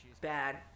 bad